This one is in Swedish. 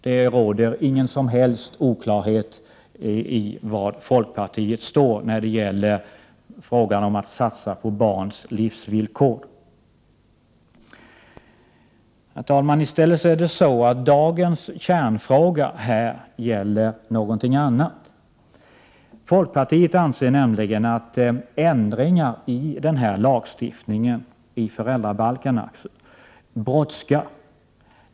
Det råder ingen som helst oklarhet om var folkpartiet står när det gäller frågan om att satsa på barns livsvillkor. Herr talman! I stället gäller dagens kärnfråga någonting annat. Folkpartiet anser nämligen att ändringar i föräldrabalken brådskar.